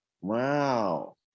Wow